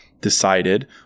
decided